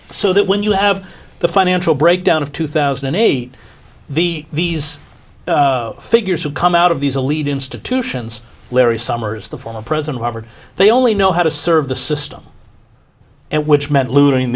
so that when you have the financial breakdown of two thousand and eight the these figures will come out of these elite institutions larry summers the former president harvard they only know how to serve the system and which meant loo